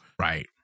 Right